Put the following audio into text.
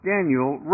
Daniel